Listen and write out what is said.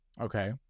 Okay